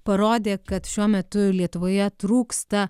parodė kad šiuo metu lietuvoje trūksta